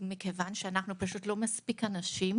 מכיוון שאנחנו לא מספיק אנשים,